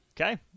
Okay